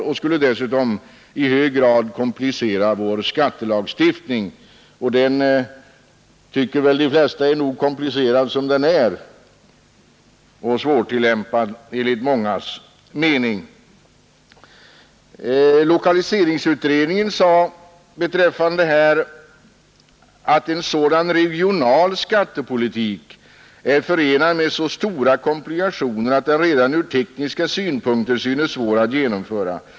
Det skulle dessutom i hög grad komplicera vår skattelagstiftning, och den tycker väl de flesta är nog komplicerad som den är, liksom den är svårtillämpad enligt mångas mening. Lokaliseringsutredningen har sagt: ”En sådan ”regional” skattepolitik är förenad med så stora komplikationer, att den redan ur tekniska synpunkter synes svår att genomföra.